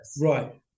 right